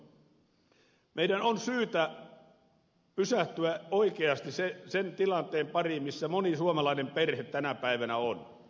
meidän on syytä pysähtyä oikeasti sen tilanteen pariin missä moni suomalainen perhe tänä päivänä on